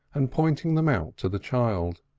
and pointing them out to the child.